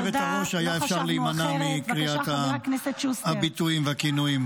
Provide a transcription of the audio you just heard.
לפחות כלפי היושבת-ראש היה אפשר להימנע מקריאת הביטויים והכינויים.